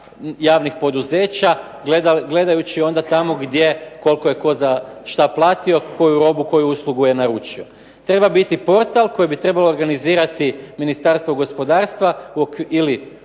javnih poduzeća gledajući onda tamo gdje koliko je tko za šta platio, koju robu i koju uslugu je naručio. Treba biti portal koji bi trebalo organizirati Ministarstvo gospodarstva ili